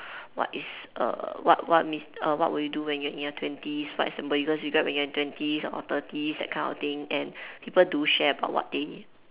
what is err what what mea~ err what would you do when you are in your twenties what is the biggest regret when you are in twenties or thirties that kind of thing and people do share about what they